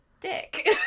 dick